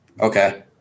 Okay